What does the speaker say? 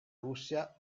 russia